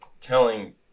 telling